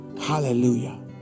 Hallelujah